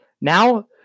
Now